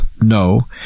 no